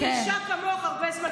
אישה כמוך הרבה זמן לא ראיתי.